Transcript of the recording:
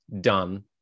done